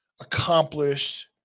accomplished